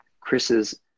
chris's